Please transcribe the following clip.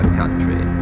country